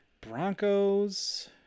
Broncos